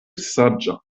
saĝa